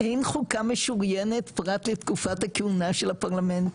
אין חוקה משוריינת פרט לתקופת הכהונה של הפרלמנט,